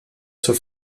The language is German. zur